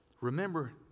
Remember